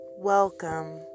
Welcome